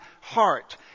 heart